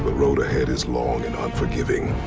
but road ahead is long and unforgiving.